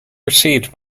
received